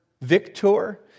victor